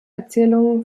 erzählungen